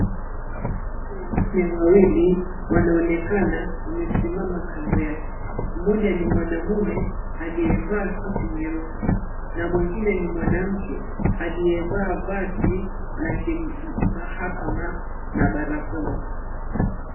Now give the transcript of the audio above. Watu wengine wawili wanaonekana wamesimama kando yake, mmoja ni mwanamume aliyevaa suti nyeusi na mwengine ni mwanamke alivaa vazi la kimahakama na barakoa